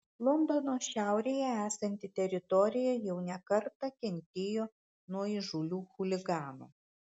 londono šiaurėje esanti teritorija jau ne kartą kentėjo nuo įžūlių chuliganų